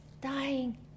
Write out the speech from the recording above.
dying